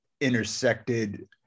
intersected